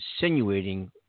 insinuating